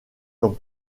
comme